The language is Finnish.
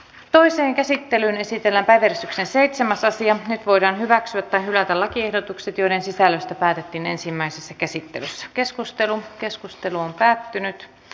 toisen käsittelyn esitellä päivystyksen seitsemäs asiat voidaan hyväksyä tai hylätä lakiehdotukset joiden sisällöstä päätettiin ensimmäisessä käsittelyssä lähetettiin sosiaali ja terveysvaliokuntaan